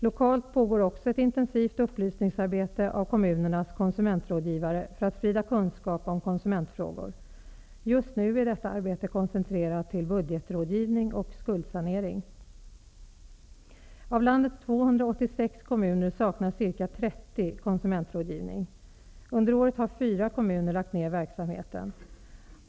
Lokalt pågår också ett intensivt upplysningsarbete av kommunernas konsumentrådgivare för att sprida kunskap om konsumentfrågor. Just nu är detta arbete koncentrerat till budgetrådgivning och skuldsanering. Av landets 286 kommuner saknar ca 30 konsumentrådgivning. Under året har 4 kommuner lagt ned verksamheten.